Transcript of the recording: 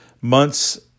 months